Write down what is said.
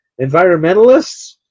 Environmentalists